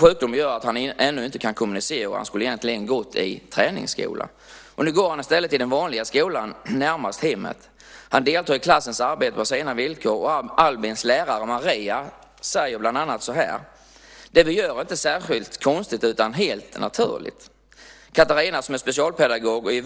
Sjukdomen gör att han ännu inte kan kommunicera, och han skulle egentligen ha gått i träningsskola. Nu går han i stället i den vanliga skolan närmast hemmet. Han deltar i klassens arbete på sina villkor. Albins lärare Maria säger bland annat: Det vi gör är inte särskilt konstigt utan helt naturligt. Specialpedagogen Katarina